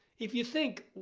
if you think,